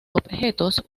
objetos